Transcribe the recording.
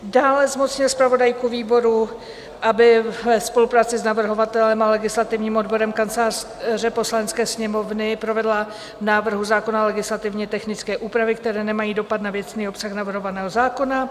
Dále zmocnil zpravodajku výboru, aby ve spolupráci s navrhovatelem a legislativním odborem Kanceláře Poslanecké sněmovny provedla v návrhu zákona legislativně technické úpravy, které nemají dopad na věcný obsah navrhovaného zákona.